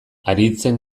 haritzen